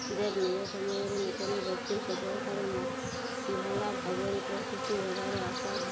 ଯେବ ନିଜ ସମୟରେ ନୂତନ ବ୍ୟକ୍ତି ସବୁବେଳେ ଥର ମହଳା ଭାବରେ ପ୍ରଶତି ହେବାରୁ ଆଶା